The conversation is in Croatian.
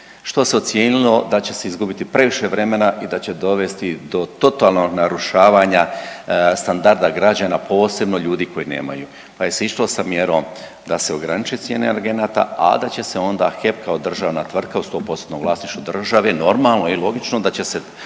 što se ocijenilo da će se izgubiti previše vremena i da će dovesti do totalnog narušavanja standarda građana posebno ljudi koji nemaju pa se išlo sa mjerom da se ograniče cijene energenata a da će se onda HEP kao državna tvrtka u sto postotnom vlasništvu države normalno i logično da će se